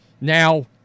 Now